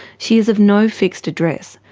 she is of no fixed address,